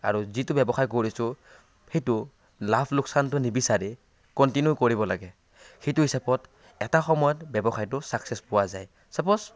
আৰু যিটো ব্যৱসায় কৰিছোঁ সেইটো লাভ লোকচানটো নিবিচাৰি কণ্টিনিউ কৰিব লাগে সেইটো হিচাপত এটা সময়ত ব্যৱসায়টো চাকচেছ পোৱা যায় চাপ'জ